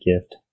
gift